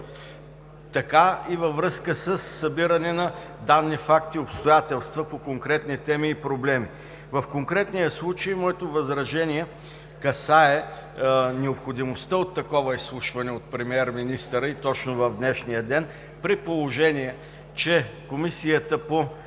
така и във връзка със събиране на данни, факти и обстоятелства по конкретни теми и проблеми. В конкретния случай моето възражение касае необходимостта от такова изслушване от премиер-министъра и точно в днешния ден, при положение че Комисията по